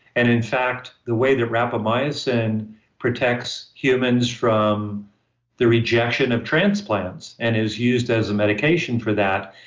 and in fact, the way that rapamycin protects humans from the rejection of transplants, and is used as a medication for that,